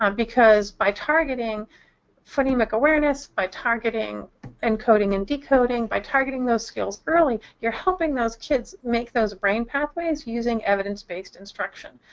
um because by targeting phonemic awareness, by targeting encoding and decoding, by targeting those skills early, you're helping those kids make those brain pathways using evidence-based instruction.